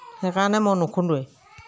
সেইকাৰণে মই নুখুন্দোৱেই